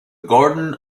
gordon